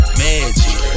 magic